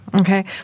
Okay